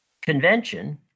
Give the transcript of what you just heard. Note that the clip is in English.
convention